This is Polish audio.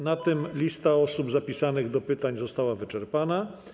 Na tym lista osób zapisanych do pytań została wyczerpana.